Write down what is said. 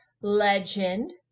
Legend